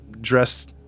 dressed